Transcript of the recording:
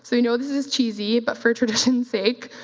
so i know this is cheesy, but for tradition's sake,